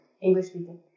English-speaking